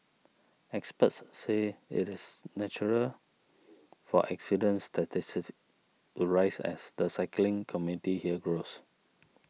experts say it is natural for accidents statistics to rise as the cycling community here grows